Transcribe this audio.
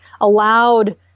allowed